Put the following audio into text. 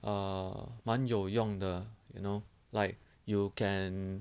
err 蛮有用的 you know like you can